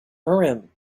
urim